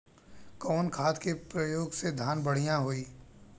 कवन खाद के पयोग से धान बढ़िया होई?